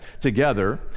together